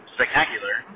spectacular